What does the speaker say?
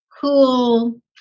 cool